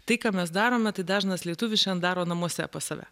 tai ką mes darome tai dažnas lietuvis šian daro namuose pas save